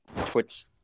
Twitch